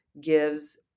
gives